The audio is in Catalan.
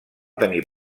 tenir